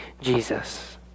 Jesus